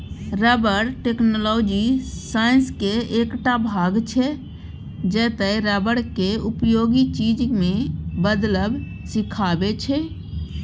rubber technology साइंसक एकटा भाग छै जतय रबर केँ उपयोगी चीज मे बदलब सीखाबै छै